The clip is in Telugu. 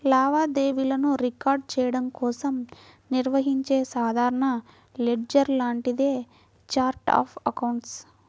లావాదేవీలను రికార్డ్ చెయ్యడం కోసం నిర్వహించే సాధారణ లెడ్జర్ లాంటిదే ఛార్ట్ ఆఫ్ అకౌంట్స్